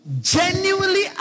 genuinely